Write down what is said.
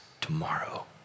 tomorrow